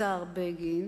השר בגין,